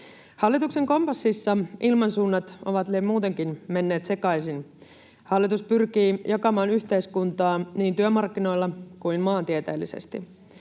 Hallituksen kompassissa ilmansuunnat ovat muutenkin menneet sekaisin. Hallitus pyrkii jakamaan yhteiskuntaa niin työmarkkinoilla kuin maantieteellisesti.